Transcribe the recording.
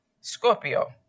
Scorpio